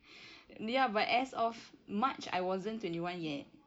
ya but as of march I wasn't twenty one yet